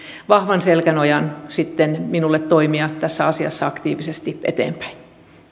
vahvan selkänojan minulle toimia tässä asiassa aktiivisesti eteenpäin